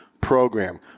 program